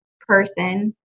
person